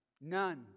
none